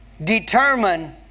determine